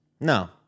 No